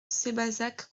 sébazac